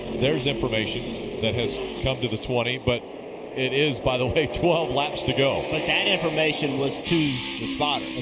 there's information that has come to the twenty but it is, by the way, twelve laps to go. but that information was to.